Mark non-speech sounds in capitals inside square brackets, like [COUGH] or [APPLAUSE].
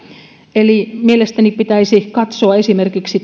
eli mielestäni pitäisi katsoa esimerkiksi [UNINTELLIGIBLE]